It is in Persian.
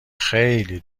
خیلی